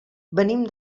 venim